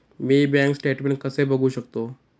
मी bank statement कसे बघू शकतो?